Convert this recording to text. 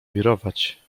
wirować